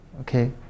Okay